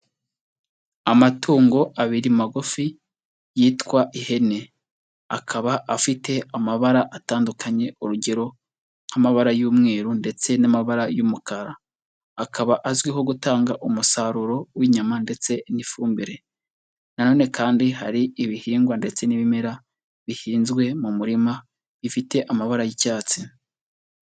Amatungo abiri magufi yitwa ihene, akaba afite amabara atandukanye urugero nk'amabara y'umweru ndetse n'amabara y'umukara, akaba azwiho gutanga umusaruro w'inyama ndetse n'ifumbire , nanone kandi hari ibihingwa ndetse n'ibimera, bihinzwe mu murima bifite amabara y'icyatsi.